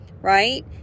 right